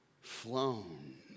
flown